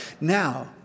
Now